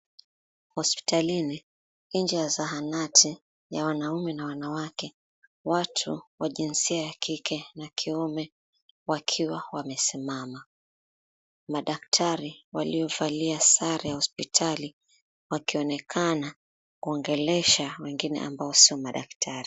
Hospitalini nje ya zahanati ya wanaume na wanawake. Watu wa jinsia ya kike na kiume wakiwa wamesimama. Madaktari waliovalia sare ya hospitali wakionekana kuongelesha wengine ambao sio madaktari.